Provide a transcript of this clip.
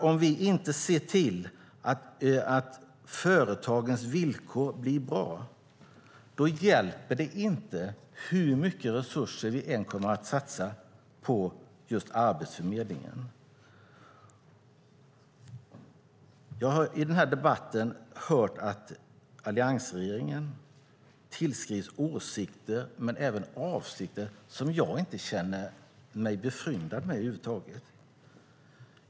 Om vi inte ser till att företagens villkor blir bra, då hjälper det inte hur mycket resurser vi än kommer att satsa på just Arbetsförmedlingen. Jag har i debatten hört att alliansregeringen tillskrivs åsikter men även avsikter som jag inte känner mig befryndad med över huvud taget.